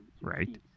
Right